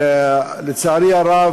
לצערי הרב,